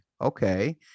Okay